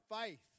faith